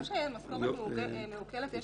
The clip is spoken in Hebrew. גם כשמשכורת מעוקלת,